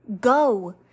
Go